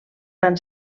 van